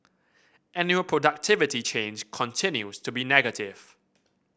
annual productivity change continues to be negative